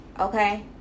okay